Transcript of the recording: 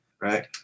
right